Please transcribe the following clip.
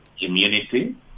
immunity